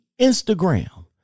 Instagram